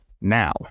now